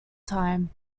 time